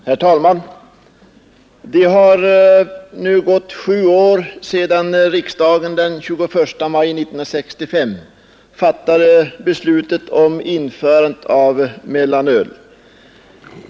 Herr talman! Det har nu gått sju år sedan riksdagen den 21 maj 1965 fattade beslut om införandet av mellanöl.